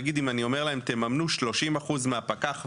נגיד אם אני אומר להם תממנו 30% מהפקח --- רגע,